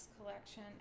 collection